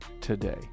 today